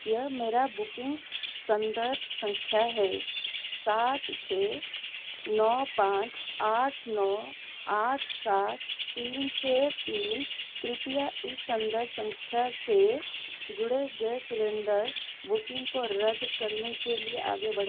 यह मेरी बुकिंग संदर्भ संख्या है सात छः नौ पाँच आठ नौ आठ सात तीन छः तीन कृपया इस संदर संख्या से जुड़े गैस सिलेंडर बुकिंग को रद्द करने के लिए आगे बढ़ें